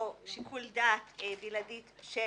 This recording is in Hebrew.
או שיקול דעת בלעדי של